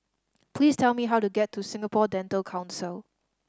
please tell me how to get to Singapore Dental Council